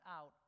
out